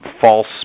false